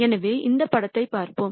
எனவே இந்த படத்தை பார்ப்போம்